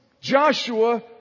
Joshua